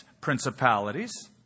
principalities